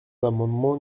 l’amendement